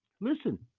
Listen